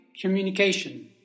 communication